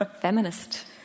feminist